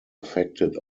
affected